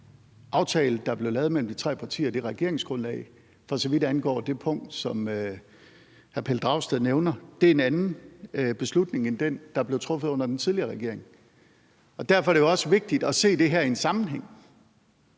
aftale, der blev lavet mellem de tre partier, altså regeringsgrundlaget, for så vidt angår det punkt, som hr. Pelle Dragsted nævner, er der tale om en anden beslutning end den, der blev truffet under den tidligere regering. Derfor er det jo også vigtigt at se det her i en sammenhæng,